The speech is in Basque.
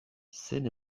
zen